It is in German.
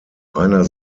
einer